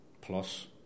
plus